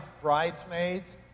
bridesmaids